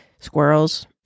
squirrels